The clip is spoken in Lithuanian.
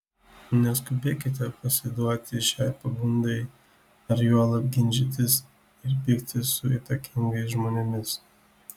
neskubėkite pasiduoti šiai pagundai ar juolab ginčytis ir pyktis su įtakingais žmonėmis